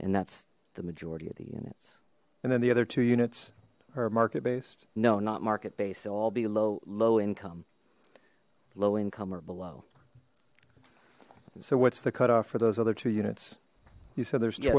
and that's the majority of the units and then the other two units are market based no not market base they'll all be low low income low income or below so what's the cutoff for those other two units you said there's